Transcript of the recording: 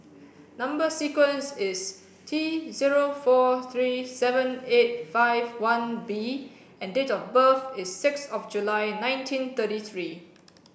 number sequence is T zero four three seven eight five one B and date of birth is six of July nineteen thirty three